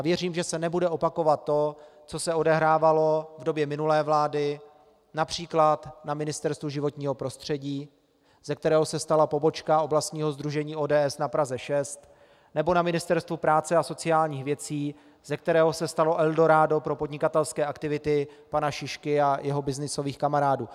Věřím, že se nebude opakovat to, co se odehrávalo v době minulé vlády například na Ministerstvu životního prostředí, ze kterého se stala pobočka oblastního sdružení ODS na Praze 6, nebo na Ministerstvu práce a sociálních věcí, ze kterého se stalo eldorádo pro podnikatelské aktivity pana Šišky a jeho byznysových kamarádů.